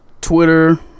twitter